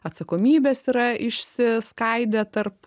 atsakomybės yra išsiskaidę tarp